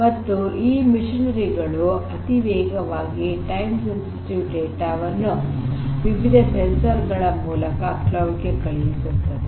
ಮತ್ತು ಈ ಯಂತ್ರೋಪಕರಣಗಳು ಅತಿ ವೇಗವಾಗಿ ಟೈಮ್ ಸೆನ್ಸಿಟಿವ್ ಡೇಟಾ ವನ್ನು ವಿವಿಧ ಸೆನ್ಸರ್ ಗಳ ಮೂಲಕ ಕ್ಲೌಡ್ ಗೆ ಕಳುಹಿಸುತ್ತವೆ